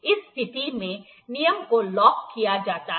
इस स्थिति में नियम को लॉक किया जा सकता है